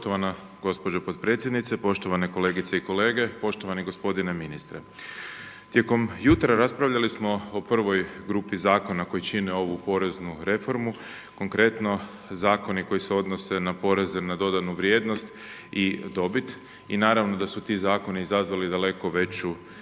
Poštovana gospođa potpredsjednice, poštovane kolegice i kolege, poštovani gospodine ministre. Tijekom jutra raspravljali smo o prvoj grupi zakona koji čine ovu poreznu reformu, konkretno zakoni koji se odnose na poreze na dodanu vrijednost i dobit i naravno da su ti zakoni izazvali daleko veći